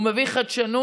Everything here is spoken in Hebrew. הוא מביא חדשנות